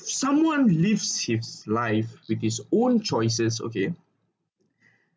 someone lives his life with his own choices okay